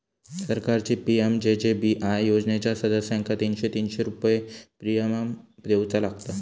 सरकारची पी.एम.जे.जे.बी.आय योजनेच्या सदस्यांका तीनशे तीनशे रुपये प्रिमियम देऊचा लागात